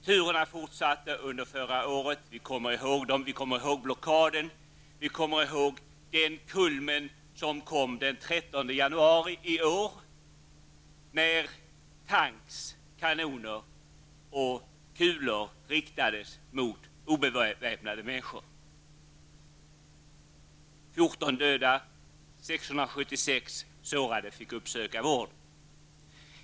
Turerna fortsatte under förra året. Vi kommer ihåg dem, blockaden, och vi kommer ihåg kulmen den 13 januari i år, då tankar, kanoner och kulor riktades mot obeväpnade människor. 14 människor dödades, och 676 sårade fick uppsöka vård.